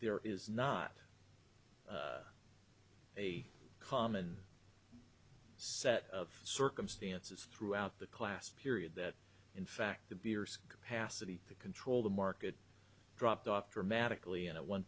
there is not a common set of circumstances throughout the class period that in fact the beer's capacity to control the market dropped off dramatically at one